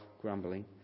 grumbling